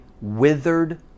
withered